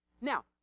Now